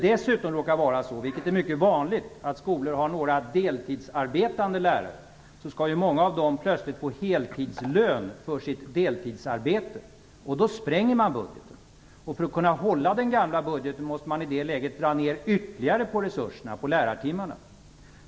Dessutom är det mycket vanligt att en skola har några deltidsarbetande lärare. Många av dem skall då plötsligt få heltidslön för sitt deltidsarbete. Då sprängs budgeten. För att kunna hålla den gamla budgeten måste man i det läget dra ner ytterligare på resurserna, på lärartimmarna.